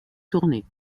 tournées